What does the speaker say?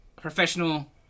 professional